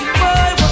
boy